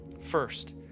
first